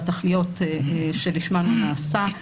והתכליות שלשמן הוא נעשה.